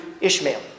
Ishmael